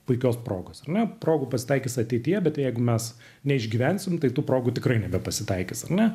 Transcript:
puikios progos ane progų pasitaikys ateityje bet jeigu mes neišgyvensim tai tų progų tikrai nebepasitaikys ne